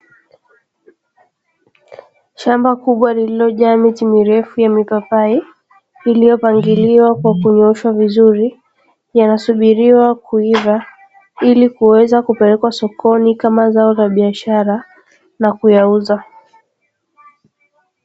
Shamba kubwa lililojaa miti mirefu ya mipapai; iliyopangiliwa kwa kunyooshwa vizuri, yanasubiriwa kuiva ili kuweza kupelekwa sokoni ni kama zao la biashara na kuyauza.